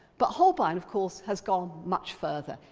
but holbein, of course, has gone much further.